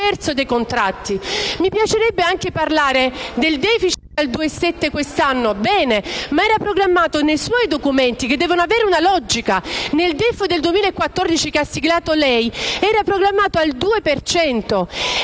Mi piacerebbe anche parlare del *deficit* al 2,7 per cento quest'anno: bene, era programmato nei suoi documenti, che devono avere una logica. Nel DEF 2014, che ha siglato lei, era programmato al 2